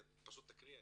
פריידי תקריאי.